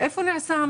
איפה הוא נעשה?